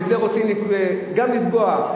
בזה רוצים גם לפגוע,